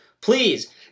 please